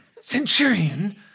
Centurion